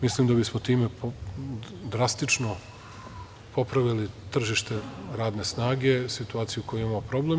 Mislim da bismo time drastično popravili tržište radne snage, situaciju u kojoj imamo problem.